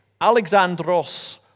Alexandros